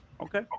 Okay